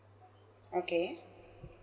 okay